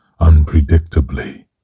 unpredictably